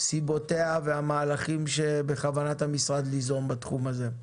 סיבותיה והמהלכים שבכוונת המשרד ליזום בתחום הזה.